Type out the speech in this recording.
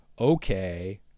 okay